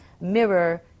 mirror